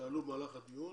שעלו במהלך הדיון.